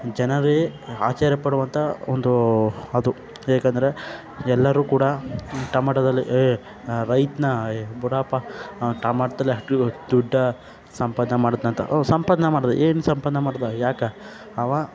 ಜನರೇ ಆಶ್ಚರ್ಯ ಪಡುವಂಥ ಒಂದು ಅದು ಏಕಂದರೆ ಎಲ್ಲರು ಕೂಡ ಟಮಾಟದಲ್ಲಿ ಹೇ ರೈತನ ಹೇ ಬುಡಪ್ಪ ಟಮೋಟದಲ್ಲಿ ಅಷ್ಟು ದುಡ್ಡ ಸಂಪಾದನೆ ಮಾಡ್ದ್ನಂತ ಓಹೊ ಸಂಪಾದನೆ ಮಾಡಿದ ಏನು ಸಂಪಾದನೆ ಮಾಡಿದ ಯಾಕೆ ಅವ